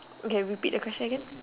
okay repeat the question again